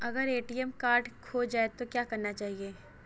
अगर ATM card खो जाए तो क्या करना चाहिए?